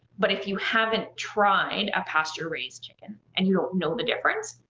but if you haven't tried a pasture-raised chicken, and you don't know the difference,